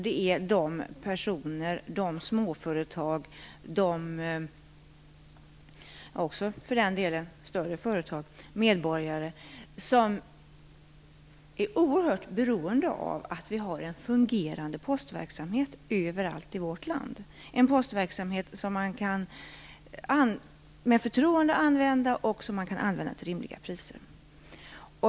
Det är de personer, småföretag och för den delen också större företag som är oerhört beroende av att vi har en fungerande postverksamhet över allt i vårt land - en postverksamhet som man med förtroende kan använda till rimliga priser.